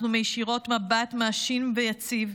אנחנו מישירות מבט מאשים ויציב,